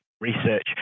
research